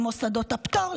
למוסדות הפטור,